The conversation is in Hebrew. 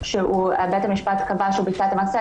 אבל בית המשפט קבע שהוא ביצע את המעשה.